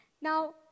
Now